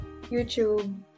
YouTube